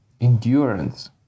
endurance